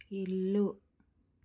ఇల్లు